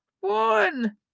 one